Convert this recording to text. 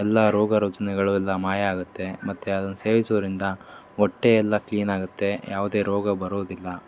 ಎಲ್ಲ ರೋಗ ರುಜಿನಗಳು ಎಲ್ಲ ಮಾಯ ಆಗುತ್ತೆ ಮತ್ತು ಅದನ್ನು ಸೇವಿಸೋದ್ರಿಂದ ಹೊಟ್ಟೆಯೆಲ್ಲ ಕ್ಲೀನ್ ಆಗುತ್ತೆ ಯಾವುದೇ ರೋಗ ಬರೋದಿಲ್ಲ